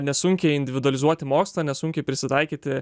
nesunkiai individualizuoti mokslą nesunkiai prisitaikyti